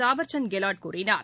தாவர்சந்த் கெலாட் கூறினார்